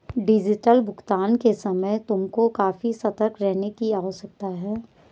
digital भुगतान के समय तुमको काफी सतर्क रहने की आवश्यकता है